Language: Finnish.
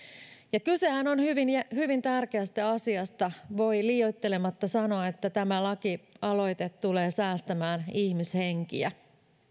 viidennentoista kysehän on hyvin tärkeästä asiasta voi liioittelematta sanoa että tämä lakialoite tulee säästämään ihmishenkiä